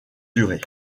durée